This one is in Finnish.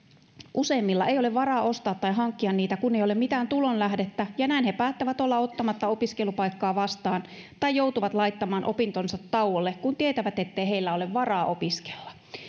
useimmilla ei ole varaa ostaa tai hankkia niitä kun ei ole mitään tulonlähdettä ja näin he päättävät olla ottamatta opiskelupaikkaa vastaan tai joutuvat laittamaan opintonsa tauolle kun tietävät ettei heillä ole varaa opiskella